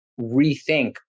rethink